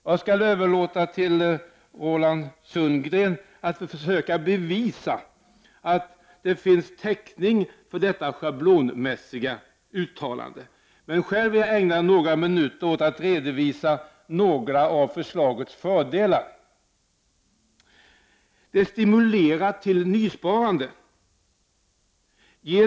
Jag skall överlåta till Roland Sundgren att försöka bevisa att det finns täckning för detta schablonmässiga uttalande, men själv vill jag ägna några minuter åt att redovisa några av förslagets fördelar. — Det stimulerar till nysparande.